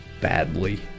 badly